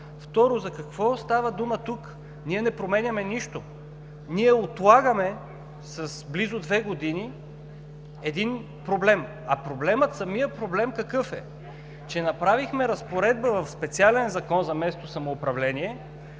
Второ, за какво става дума тук? Ние не променяме нищо. Ние отлагаме с близо две години един проблем, а самият проблем какъв е? Направихме разпоредба в специален Закон за местното самоуправление,